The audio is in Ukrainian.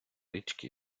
річки